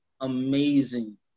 amazing